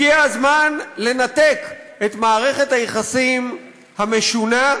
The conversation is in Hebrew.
הגיע הזמן לנתק את מערכת היחסים המשונה,